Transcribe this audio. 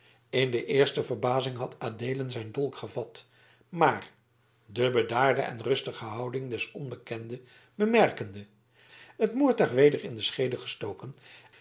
in de eerste verbazing had adeelen zijn dolk gevat maar de bedaarde en rustige houding des onbekenden bemerkende het moordtuig weder in de scheede gestoken